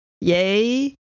yay